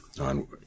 on